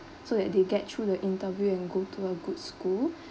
so that they get through the interview and go to a good school